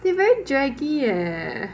they very draggy eh